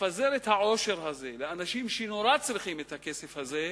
לפזר את העושר הזה לאנשים שנורא צריכים את הכסף הזה.